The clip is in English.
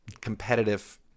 competitive